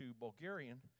Bulgarian